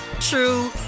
true